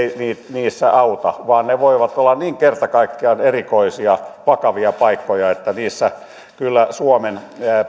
auta vaan ne voivat olla niin kerta kaikkiaan erikoisia vakavia paikkoja että niissä kyllä suomen